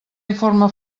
informe